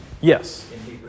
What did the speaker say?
Yes